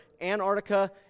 Antarctica